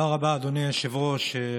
תודה רבה, אדוני היושב-ראש.